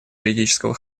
юридического